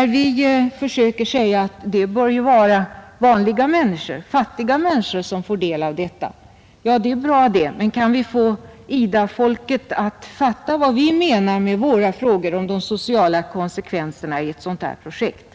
När vi försöker säga att det bör vara vanliga fattiga människor som får del av detta blir svaret: Ja, det är bra, men kan vi få IDA-folket att fatta vad vi menar med våra frågor om de sociala konsekvenserna av ett sådant här projekt,